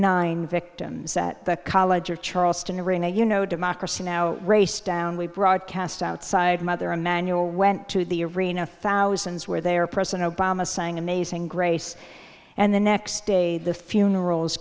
nine victims at the college of charleston arena you know democracy now raced down we broadcast outside mother emmanuel went to the arena thousands where their president obama sang amazing grace and the next day the funerals